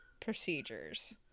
procedures